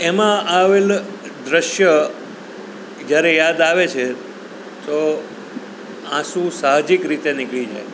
એમાં આવેલ દ્રશ્ય જ્યારે યાદ આવે છે તો આંસુ સાહજિક રીતે નીકળી જાય